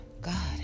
God